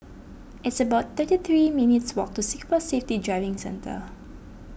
it's about thirty three minutes' walk to Singapore Safety Driving Centre